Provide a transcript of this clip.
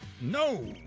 no